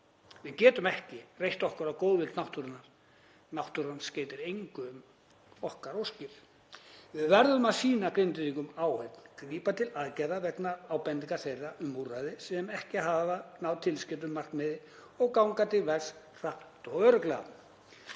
Við getum ekki reitt okkur á góðvild náttúrunnar. Náttúran skeytir engu um okkar óskir. Við verðum að sýna Grindvíkingum áheyrn, grípa til aðgerða vegna ábendinga þeirra um úrræði sem ekki hafa náð tilskildu markmiði og ganga til verks hratt og örugglega